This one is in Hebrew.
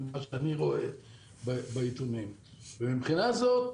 מהבחינה הזו,